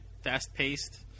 fast-paced